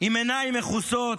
עם עיניים מכוסות,